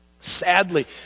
sadly